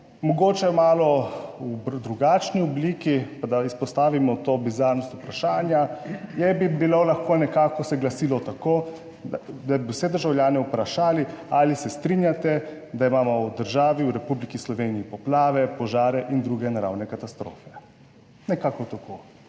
mogoče malo v drugačni obliki, pa da izpostavimo to bizarnost vprašanja, bi bilo lahko nekako se glasilo tako, da bi vse državljane vprašali ali se strinjate, da imamo v državi, v Republiki Sloveniji, poplave, požare in druge naravne katastrofe? Nekako tako.